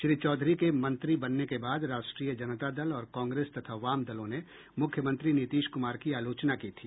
श्री चौधरी के मंत्री बनने के बाद राष्ट्रीय जनता दल और कांग्रेस तथा वाम दलों ने मुख्यमंत्री नीतीश कुमार की आलोचना की थी